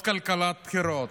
זה לא תקציב, זאת כלכלה בחירות.